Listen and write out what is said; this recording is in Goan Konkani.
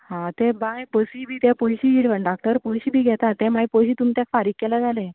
आं तें बाय बसी बी ते कंडक्टर पयशी बी घेता ते मागीर पयशे तुमी तेका फारीक केल्यार जालें